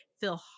feel